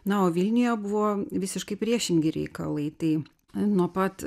na o vilniuje buvo visiškai priešingi reikalai tai nuo pat